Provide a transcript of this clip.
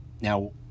Now